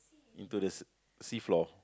into the sea sea floor